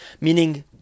Meaning